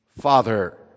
Father